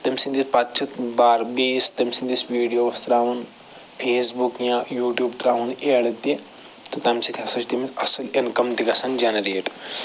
تٔمۍ سٕنٛدِ پتہٕ چھِ بار بیٚیِس تٔمۍ سٕنٛدِس وِڈیووس ترٛاوُن فیس بُک یا یوٗٹیوب ترٛاوُن اٮ۪ڈ تہِ تہٕ تَمہِ سۭتۍ ہَسا چھِ تٔمِس اصٕل اِنکم تہِ گَژھان جنریٹ